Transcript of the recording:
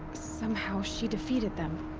somehow she defeated them!